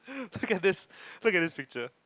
look at this look at this picture